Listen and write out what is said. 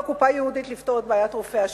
קופה ייעודית כדי לפתור את בעיית רופאי השיניים.